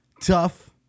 tough